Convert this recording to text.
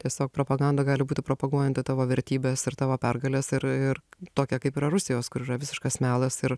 tiesiog propaganda gali būti propaguojanti tavo vertybes ir tavo pergales ir ir tokia kaip yra rusijos kur yra visiškas melas ir